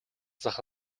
зах